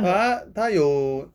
!huh! 它有